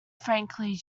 frankly